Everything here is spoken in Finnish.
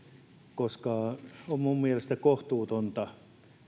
koska on minun mielestäni kohtuutonta